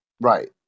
Right